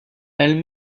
elle